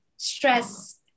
stress